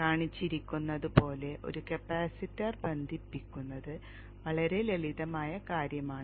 കാണിച്ചിരിക്കുന്നതുപോലെ ഒരു കപ്പാസിറ്റർ ബന്ധിപ്പിക്കുന്നത് വളരെ ലളിതമായ കാര്യമാണ്